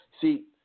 See